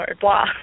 blah